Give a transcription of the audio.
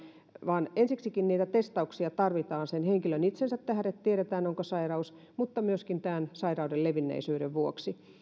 vaan ensiksikin niitä testauksia tarvitaan sen henkilön itsensä tähden että tiedetään onko sairaus mutta myöskin tämän sairauden levinneisyyden vuoksi